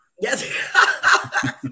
Yes